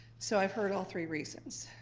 so i've heard all three reasons.